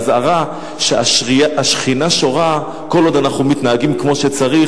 אז זו אזהרה שהשכינה שורה כל עוד אנחנו מתנהגים כמו שצריך.